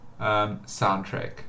soundtrack